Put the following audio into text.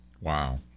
Wow